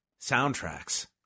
soundtracks